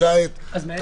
עוד לא אישרנו את זה.